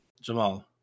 Jamal